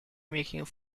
making